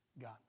God